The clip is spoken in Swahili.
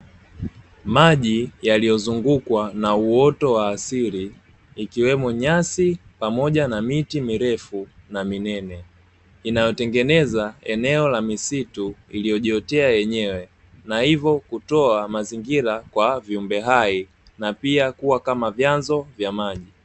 Maji yaliyozungukwa na uoto wa asili, ikiwemo nyasi pamoja na miti mirefu na minene inayotengeneza eneo la misitu, iliyojiotea yenyewe na hivyo kutoa mazingira kwa viumbe hai na pia kuwa kama vyanzo vya maji.